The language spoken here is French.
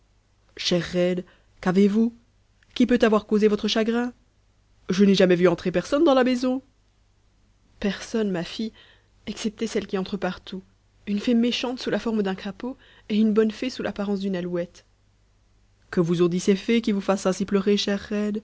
qu'avez-vous qui peut avoir causé votre chagrin je n'ai jamais vu entrer personne dans la maison personne ma fille excepté celles qui entrent partout une fée méchante sous la forme d'un crapaud et une bonne fée sous l'apparence d'une alouette que vous ont dit ces fées qui vous fasse